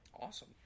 Awesome